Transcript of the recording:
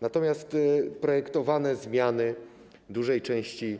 Natomiast projektowane zmiany w dużej części